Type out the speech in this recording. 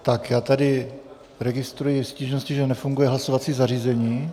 Já tady registruji stížnosti, že nefunguje hlasovací zařízení.